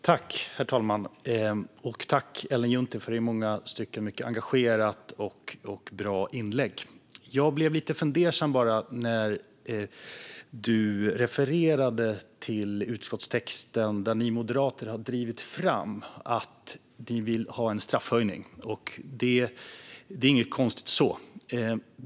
Herr talman! Tack, Ellen Juntti, för ett i många stycken mycket engagerat och bra inlägg! Jag blev dock lite fundersam när du, Ellen Juntti, refererade till utskottstexten, där ni moderater har drivit fram att ni vill ha en straffhöjning. Det är inget konstigt med detta.